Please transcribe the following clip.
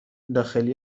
داخلی